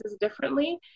differently